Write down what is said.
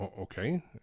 Okay